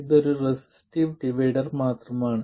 ഇത് resistive divider മാത്രമാണ്